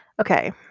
Okay